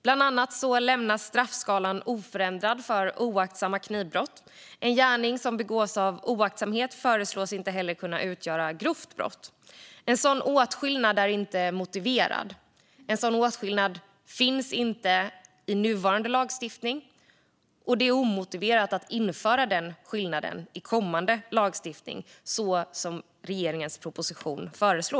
Bland annat lämnas straffskalan oförändrad för oaktsamma knivbrott. En gärning som begås av oaktsamhet föreslås inte heller kunna utgöra grovt brott. En sådan åtskillnad är inte motiverad och finns inte heller i nuvarande lagstiftning. Det är omotiverat att införa denna skillnad i kommande lagstiftning, så som föreslås i regeringens proposition.